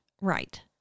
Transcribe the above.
Right